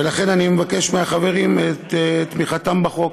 ולכן אני מבקש מהחברים את תמיכתם בחוק.